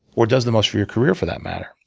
or does the most for your career, for that matter.